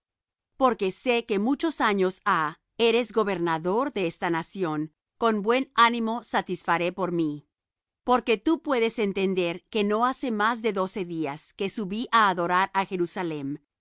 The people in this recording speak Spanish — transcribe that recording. porque sé que muchos años ha eres gobernador de esta nación con buen ánimo satisfaré por mí porque tú puedes entender que no hace más de doce días que subí á adorar á jerusalem y